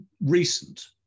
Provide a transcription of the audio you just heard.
recent